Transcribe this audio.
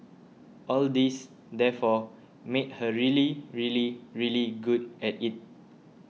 all this therefore made her really really really good at it